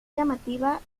llamativa